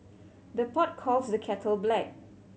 the pot calls the kettle black